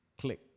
click